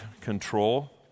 control